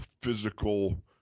physical